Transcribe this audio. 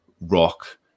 rock